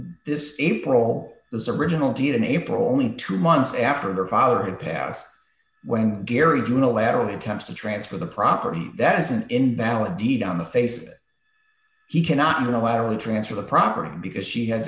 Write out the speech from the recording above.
this april was original deal in april only two months after her father had passed when gary unilaterally attempts to transfer the property that is an invalid deed on the face of it he cannot unilaterally transfer the property because she has